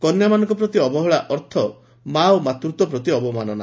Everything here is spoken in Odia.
କନ୍ୟାମାନଙ୍କ ପ୍ରତି ଅବହେଳା ଅର୍ଥ ମା ଓ ମାତୃତ୍ୱ ପ୍ରତି ଅବମାନନା